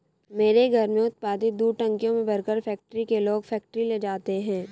मेरे घर में उत्पादित दूध टंकियों में भरकर फैक्ट्री के लोग फैक्ट्री ले जाते हैं